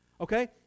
Okay